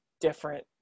different